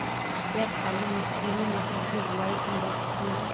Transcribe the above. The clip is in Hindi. क्या काली मिट्टी में मटर की बुआई की जा सकती है?